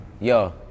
yo